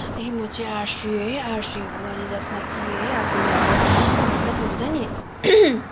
ए म चाहिँ आरुसी है आरुसी हो जसमा कि आफूले अब मतलब हुन्छ नि